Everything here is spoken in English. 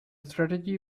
strategy